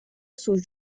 sous